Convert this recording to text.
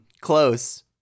close